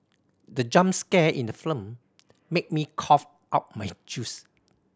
the jump scare in the film made me cough out my juice